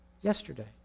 yesterday